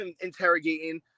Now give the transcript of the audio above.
interrogating